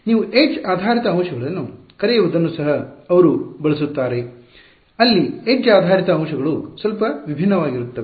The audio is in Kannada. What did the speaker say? ನೀವು ಎಡ್ಜ್ ಆಧಾರಿತ ಅಂಶಗಳನ್ನು ಕರೆಯುವದನ್ನು ಸಹ ಅವರು ಬಳಸುತ್ತಾರೆ ಅಲ್ಲಿ ಎಡ್ಜ್ ಆಧಾರಿತ ಅಂಶಗಳು ಸ್ವಲ್ಪ ಭಿನ್ನವಾಗಿರುತ್ತವೆ